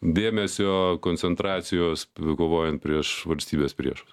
dėmesio koncentracijos kovojant prieš valstybės priešus